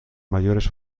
mayores